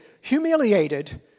humiliated